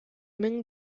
мең